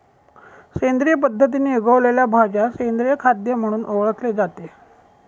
सेंद्रिय पद्धतीने उगवलेल्या भाज्या सेंद्रिय खाद्य म्हणून ओळखले जाते